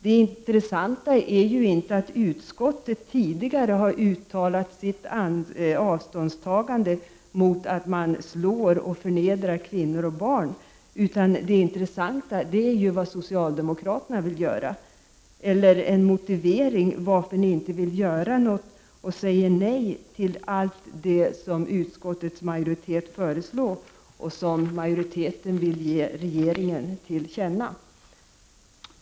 Det intressanta är ju inte att utskottet tidigare har uttalat sitt avståndstagande mot att man slår och förnedrar kvinnor och barn. Det intressanta är vad socialdemokraterna vill göra eller en motivering varför de inte vill göra något utan säger nej till allt det som utskottets majoritet ställt sig bakom och som majoriteten vill ge regeringen till känna.